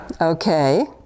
Okay